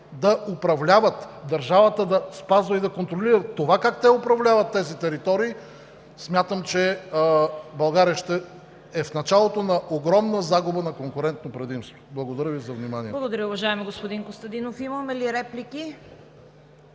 да управляват, държавата да спазва и контролира как те управляват тези територии, смятам, че България ще е в началото на огромна загуба на конкурентно предимство. Благодаря Ви за вниманието. ПРЕДСЕДАТЕЛ ЦВЕТА КАРАЯНЧЕВА: Благодаря, уважаеми господин Костадинов. Имаме ли реплики?